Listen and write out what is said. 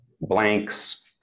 blanks